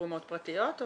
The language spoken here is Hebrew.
תרומות פרטיות?